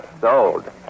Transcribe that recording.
Sold